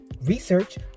Research